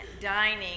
dining